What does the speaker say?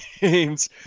games